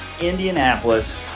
indianapolis